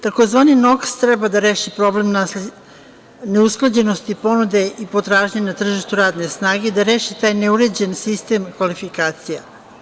Takozvani NOKS treba da reši problem neusklađenosti ponude i potražnje na tržištu radne snage i da reši taj neuređen sistem kvalifikacija.